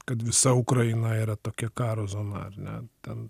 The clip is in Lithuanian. kad visa ukraina yra tokia karo zona ar ne ten